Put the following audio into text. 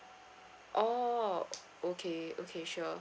oh okay okay sure